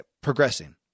progressing